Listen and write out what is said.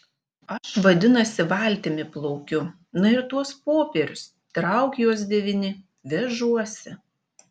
aš vadinasi valtimi plaukiu na ir tuos popierius trauk juos devyni vežuosi